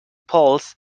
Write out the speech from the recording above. polls